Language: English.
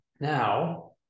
Now